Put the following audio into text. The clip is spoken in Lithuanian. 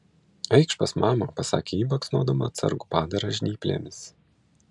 eikš pas mamą pasakė ji baksnodama atsargų padarą žnyplėmis